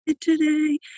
today